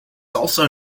also